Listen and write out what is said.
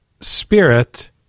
spirit